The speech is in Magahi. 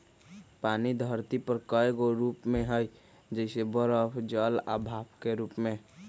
पानी धरती पर कए गो रूप में हई जइसे बरफ जल आ भाप के रूप में